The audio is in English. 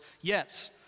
yes